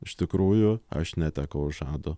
iš tikrųjų aš netekau žado